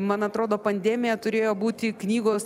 man atrodo pandemija turėjo būti knygos